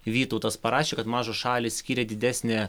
vytautas parašė kad mažos šalys skyrė didesnę